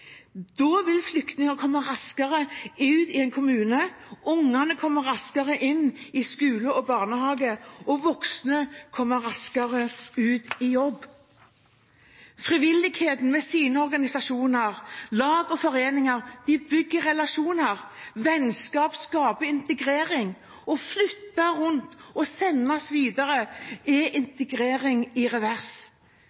Da vil flyktninger komme raskere ut i en kommune, ungene kommer raskere inn i skole og barnehage, og voksne kommer raskere ut i jobb. Frivilligheten med sine organisasjoner, lag og foreninger, bygger relasjoner, vennskap og skaper integrering. Å flyttes rundt og sendes videre er